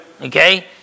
Okay